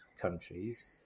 countries